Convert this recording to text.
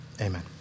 Amen